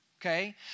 Okay